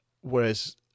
whereas